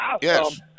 Yes